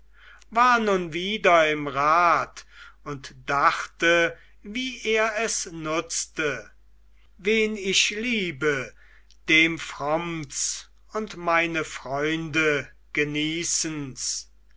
war nun wieder im rat und dachte wie er es nutzte wen ich liebe dem frommts und meine freunde genießens